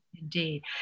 Indeed